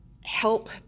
help